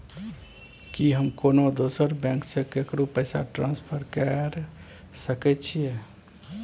की हम कोनो दोसर बैंक से केकरो पैसा ट्रांसफर कैर सकय छियै?